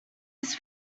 his